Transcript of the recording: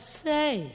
say